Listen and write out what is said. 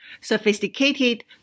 sophisticated